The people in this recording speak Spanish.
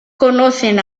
conocen